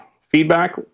feedback